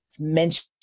mention